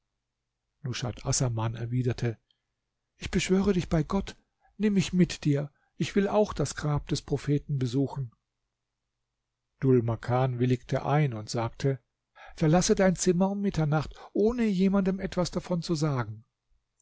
nushat assaman erwiderte ich beschwöre dich bei gott nimm mich mit dir ich will auch das grab des propheten besuchen dhul makan willigte ein und sagte verlasse dein zimmer um mitternacht ohne jemandem etwas davon zu sagen